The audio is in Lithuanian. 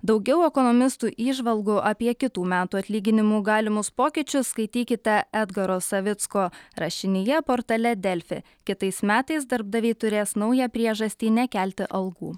daugiau ekonomistų įžvalgų apie kitų metų atlyginimų galimus pokyčius skaitykite edgaro savicko rašinyje portale delfi kitais metais darbdaviai turės naują priežastį nekelti algų